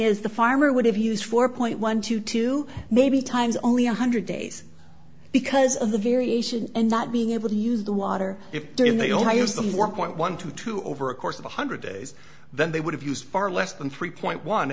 is the farmer would have used four point one to two maybe times only one hundred days because of the variation and not being able to use the water if they're in they only use them one point one to two over a course of one hundred days then they would have used far less than three point one